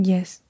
Yes